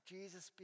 Jesus